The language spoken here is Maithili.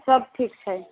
सब ठीकछै